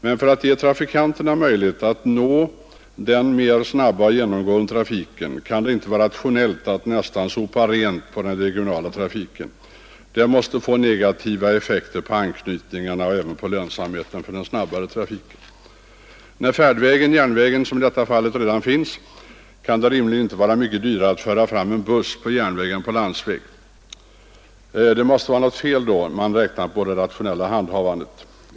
Men för att ge trafikanterna möjlighet att nå den mer snabba och genomgående trafiken kan det inte vara rationellt att nästan sopa rent i fråga om den regionala trafiken — det måste få negativa effekter på anknytningarna och även på lönsamheten på den snabbare trafiken. När färdvägen — järnvägen — i detta fall redan finns kan det rimligen inte vara mycket dyrare att föra fram en buss på järnväg än på landsväg. Det måste vara något fel i det rationella handhavandet.